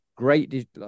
Great